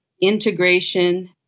integration